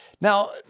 Now